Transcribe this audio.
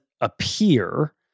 appear